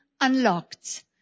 Unlocked